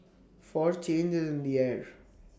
for change is in the air